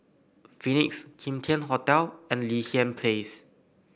Phoenix Kim Tian Hotel and Li Hwan Place